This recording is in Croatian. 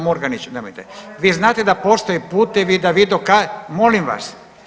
Murganić, nemojte, vi znate da postoje putevi da vi .../nerazumljivo/... molim vas.